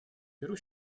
перу